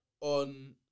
On